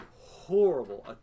horrible